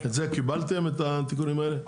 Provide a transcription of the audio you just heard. את זה קיבלתם את התיקונים האלה?